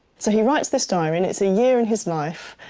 so he writes this diary, and it's a year in his life,